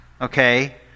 okay